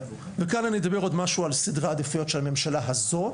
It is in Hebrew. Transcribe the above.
וכאן אני אדבר עוד משהו על סדרי עדיפויות של הממשלה הזאת.